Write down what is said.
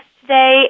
today